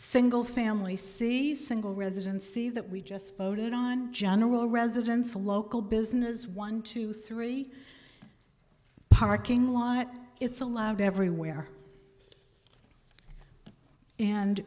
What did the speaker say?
single families thieves single residence see that we just voted on general residence a local business one two three parking lot it's allowed everywhere and